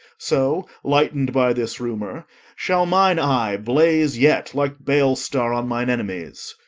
so lightened by this rumour shall mine eye blaze yet like bale-star on mine enemies.